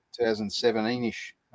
2017-ish